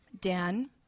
Dan